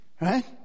Right